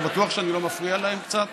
אתה בטוח שאני לא מפריע להם קצת,